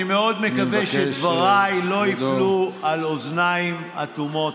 אני מאוד מקווה שדבריי לא ייפלו על אוזניים אטומות.